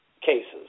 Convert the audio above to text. cases